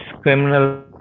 criminal